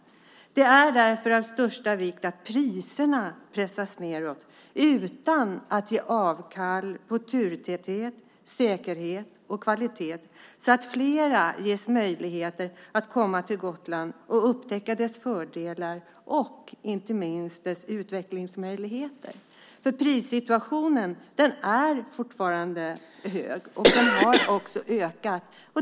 Det är därför av största vikt att priserna pressas nedåt utan att ge avkall på turtäthet, säkerhet och kvalitet så att flera ges möjligheter att komma till Gotland och upptäcka dess fördelar och inte minst dess utvecklingsmöjligheter. Priserna är fortfarande höga, och de har också ökat.